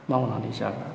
मावनानै जाग्रा